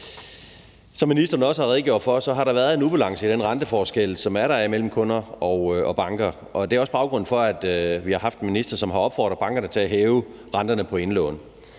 Som ministeren også har redegjort for, har der været en ubalance i den renteforskel, der er imellem kunder og banker, og det er også baggrunden for, at vi har haft en minister, som har opfordret bankerne til at hæve renterne på indlån.